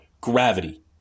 Gravity